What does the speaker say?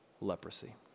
leprosy